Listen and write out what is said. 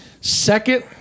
Second